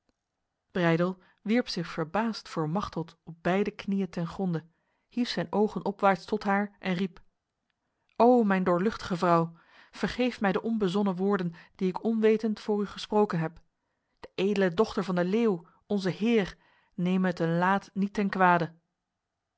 breydel wierp zich verbaasd voor machteld op beide knieën ten gronde hief zijn ogen opwaarts tot haar en riep o mijn doorluchtige vrouw vergeef mij de onbezonnen woorden die ik onwetend voor u gesproken heb de edele dochter van de leeuw onze heer neme het een laat niet ten kwade